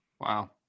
Wow